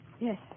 Yes